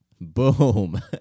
Boom